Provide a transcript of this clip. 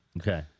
Okay